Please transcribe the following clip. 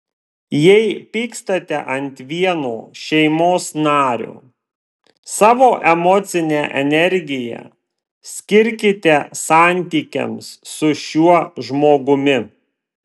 jei pykstate ant vieno šeimos nario savo emocinę energiją skirkite santykiams su šiuo žmogumi